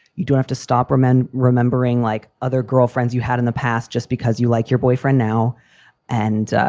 you don't have to stop um and remembering like other girlfriends you had in the past just because you like your boyfriend now and